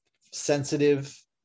sensitive